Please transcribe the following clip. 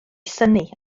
synnu